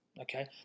Okay